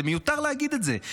מיותר להגיד את זה.